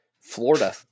Florida